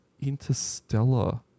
Interstellar